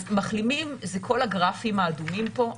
אז מחלימים זה לכל הגרפים האדומים פה.